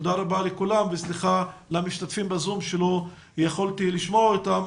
תודה רבה לכולם וסליחה למשתתפים ב-זום שלא יכולתי לשמוע אותם.